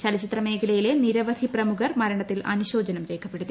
ചലച്ചിത്രമേഖലയിലെ നിരവധി പ്രമുഖർ മരണത്തിൽ അനുശോചനം രേഖപ്പെടുത്തി